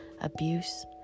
abuse